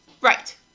right